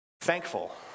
thankful